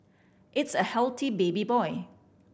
it's a healthy baby boy